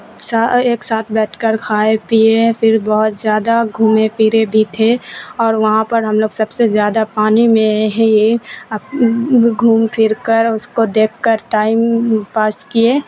سا ایک ساتھ بیٹھ کر کھائے پیے پھر بہت زیادہ گھومے پھرے بھی تھے اور وہاں پر ہم لوگ سب سے زیادہ پانی میں ہی آپ گھوم پھر کر اس کو دیکھ کر ٹائم پاس کیے